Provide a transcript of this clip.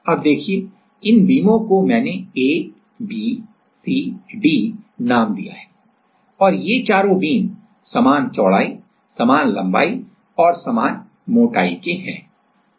अब देखिए इन बीमों को मैंने A B C D नाम दिया है और ये चारों बीम समान चौड़ाई समान लंबाई और समान मोटाई के हैं